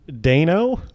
Dano